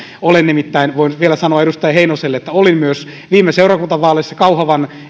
voin vielä sanoa edustaja heinoselle että olin nimittäin viime seurakuntavaaleissa kauhavan